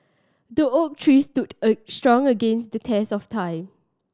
the oak tree stood strong against the test of time